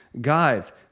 Guys